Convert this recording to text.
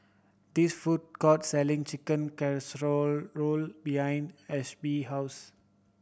these food court selling Chicken Casserole behind Ashby house